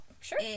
sure